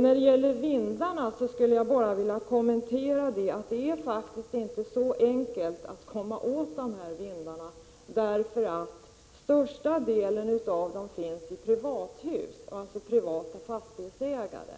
När det gäller vindarna vill jag bara kommentera att det faktiskt inte är så enkelt att komma åt dessa vindar därför att största delen av dem finns i hus med privata fastighetsägare.